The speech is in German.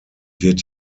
wird